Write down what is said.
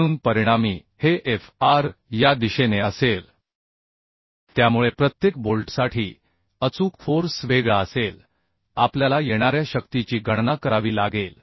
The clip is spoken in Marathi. म्हणून परिणामी हे Fr या दिशेने असेल त्यामुळे प्रत्येक बोल्टसाठी अचूक फोर्स वेगळा असेल आपल्याला येणाऱ्या शक्तीची गणना करावी लागेल